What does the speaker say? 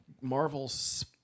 Marvel's